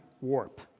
warp